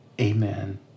Amen